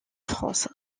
france